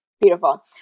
Beautiful